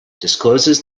discloses